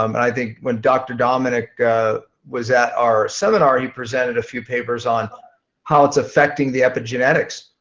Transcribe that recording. um and i think when dr. dominic was at our seminar, he presented a few papers on how it's affecting the epigenetics,